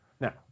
Now